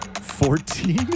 fourteen